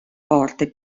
porte